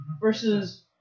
versus